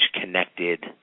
connected